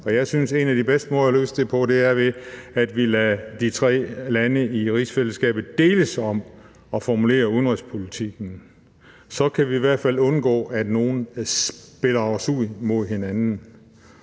Jeg synes, at en af de bedste måder at løse det på er, at vi lader de tre lande i rigsfællesskabet deles om at formulere udenrigspolitikken. Så kan vi i hvert fald undgå, at nogle spiller os ud mod hinanden.